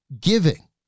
giving